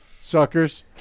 Suckers